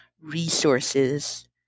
resources